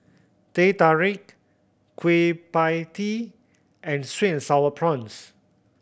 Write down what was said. Teh Tarik Kueh Pie Tee and sweet and Sour Prawns